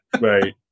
Right